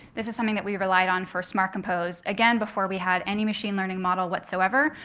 this is something that we relied on for smart compose. again, before we had any machine learning model whatsoever,